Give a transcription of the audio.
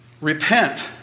Repent